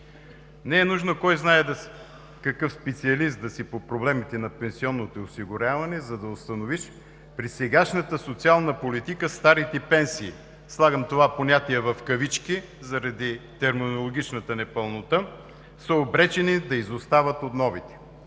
Не е нужно да си кой знае какъв специалист по проблемите на пенсионното осигуряване, за да установиш, че при сегашната социална политика „старите“ пенсии – слагам това понятие в кавички заради терминологичната непълнота – са обречени да изостават от новите.